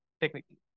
technically